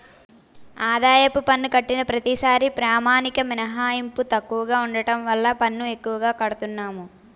ఆదాయపు పన్ను కట్టిన ప్రతిసారీ ప్రామాణిక మినహాయింపు తక్కువగా ఉండడం వల్ల పన్ను ఎక్కువగా కడతన్నాము